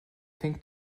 fängt